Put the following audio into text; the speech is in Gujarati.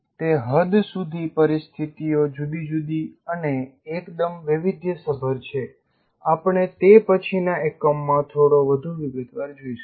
તે હદ સુધી પરિસ્થિતિઓ જુદી જુદી અને એકદમ વૈવિધ્યસભર છે આપણે તે પછીના એકમમાં થોડો વધુ વિગતવાર જોઈસુ